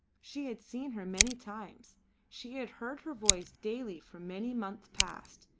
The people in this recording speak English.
she had seen her many times she had heard her voice daily for many months past.